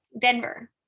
Denver